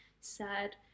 sad